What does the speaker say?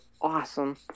awesome